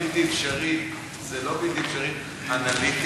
בלתי אפשרי זה לא בלתי אפשרי אנליטית,